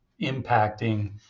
impacting